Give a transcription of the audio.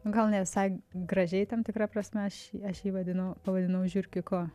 gal ne visai gražiai tam tikra prasme aš aš jį vadinu pavadinau žiurkiuku